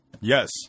Yes